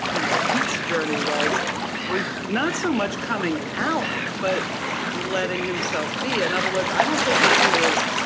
you know, pete's journey was was not so much coming out, but letting himself be. in other words, i don't think that he was,